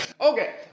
Okay